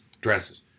dresses